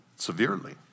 severely